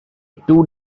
two